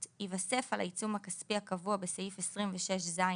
ייווסף על העיצום הכספי הקבוע בסעיף 26ז(א)